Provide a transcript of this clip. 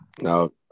no